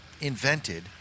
invented